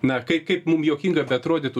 na kai kaip mum juokinga beatrodytų